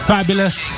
Fabulous